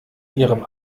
ihrem